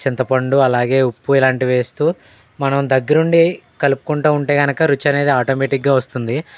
చింతపండు అలాగే ఉప్పు ఇలాంటి వేస్తూ మనం దగ్గరుండి కలుపుకుంటా ఉంటే గనక రుచి అనేది ఆటోమేటిక్గా వస్తుంది